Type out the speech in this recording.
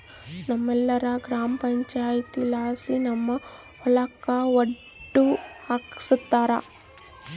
ನಮ್ಮೂರ ಗ್ರಾಮ ಪಂಚಾಯಿತಿಲಾಸಿ ನಮ್ಮ ಹೊಲಕ ಒಡ್ಡು ಹಾಕ್ಸ್ಯಾರ